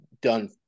done